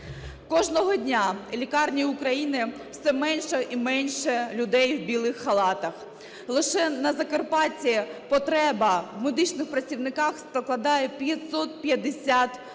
Кожного дня в лікарнях України все менше і менше людей в білих халатах. Лише на Закарпатті потреба в медичних працівниках складає 550